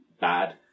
bad